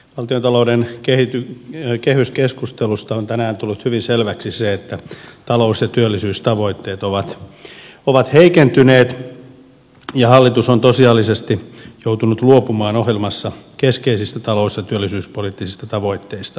valtiontalouden kehyskeskustelusta on tänään tullut hyvin selväksi se että talous ja työllisyystavoitteet ovat heikentyneet ja hallitus on tosiasiallisesti joutunut luopumaan ohjelmassa keskeisistä talous ja työllisyyspoliittisista tavoitteistaan